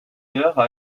heures